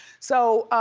so,